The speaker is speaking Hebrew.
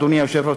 אדוני היושב-ראש,